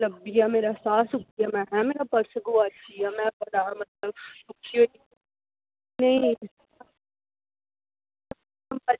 लब्भी जा मेरा साह् सुक्की जाना मेरा पर्स लब्भी जा